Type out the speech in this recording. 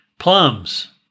plums